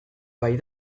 bai